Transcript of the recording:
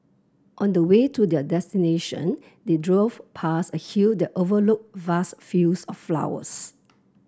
on the way to their destination they drove past a hill that overlooked vast fields of flowers